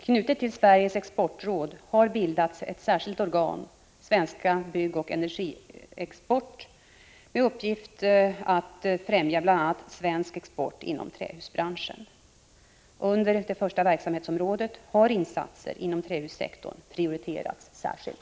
Knutet till Sveriges exportråd har bildats ett särskilt organ — Svensk byggoch energiexport — med uppgift att främja bl.a. svensk export inom trähusbranschen. Under det första verksamhetsåret har insatser inom trähussektorn prioriterats särskilt.